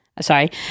sorry